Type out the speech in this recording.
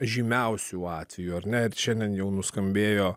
žymiausių atvejų ar ne ir šiandien jau nuskambėjo